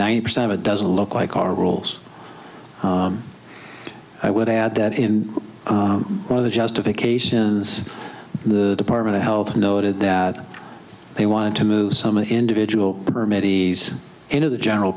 ninety percent of it doesn't look like our rules i would add that in one of the justifications the department of health noted that they wanted to move some individual or maybe into the general